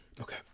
Okay